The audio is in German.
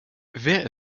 wer